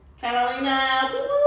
Catalina